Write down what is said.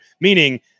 Meaning